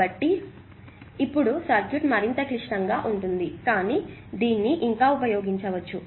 కాబట్టి ఇప్పుడు సర్క్యూట్ మరింత క్లిష్టంగా ఉంటుంది కానీ దీన్ని ఇంకా ఉపయోగించుకోవచ్చు